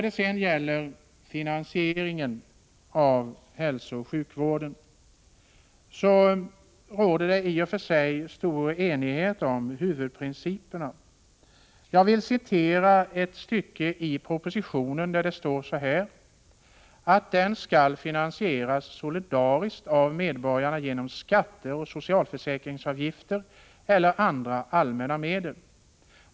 Beträffande finansieringen av hälsooch sjukvården råder det i och för sig stor enighet om huvudprinciperna. I propositionen står det beträffande finansieringen av hälsooch sjukvården att ”den skall finansieras solidariskt av medborgarna genom skatter och socialförsäkringsvgifter eller andra allmänna medel.